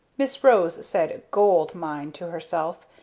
miss rose said gold mine to herself,